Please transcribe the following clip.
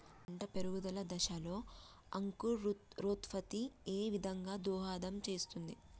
పంట పెరుగుదల దశలో అంకురోత్ఫత్తి ఏ విధంగా దోహదం చేస్తుంది?